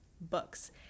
books